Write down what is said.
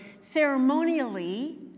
ceremonially